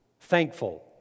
thankful